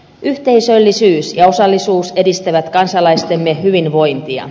yhteisöllisyys ja osallisuus edistävät kansalaistemme hyvinvointia